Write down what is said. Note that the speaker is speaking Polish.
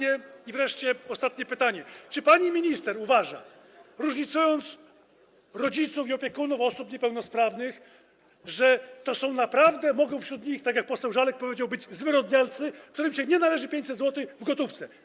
I wreszcie ostatnie pytanie: Czy pani minister uważa, różnicując rodziców i opiekunów osób niepełnosprawnych, że naprawdę mogą być wśród nich, tak jak poseł Żalek powiedział, zwyrodnialcy, którym się nie należy 500 zł w gotówce?